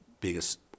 biggest